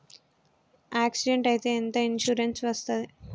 Accident అయితే ఎంత insurance వస్తది?